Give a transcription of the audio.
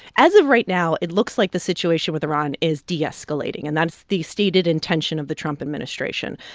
as of right now, it looks like the situation with iran is de-escalating, and that's the stated intention of the trump administration.